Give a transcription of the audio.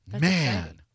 Man